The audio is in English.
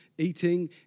eating